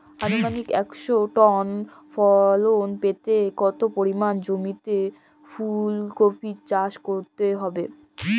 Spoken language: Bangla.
আনুমানিক একশো টন ফলন পেতে কত পরিমাণ জমিতে ফুলকপির চাষ করতে হবে?